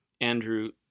Andrew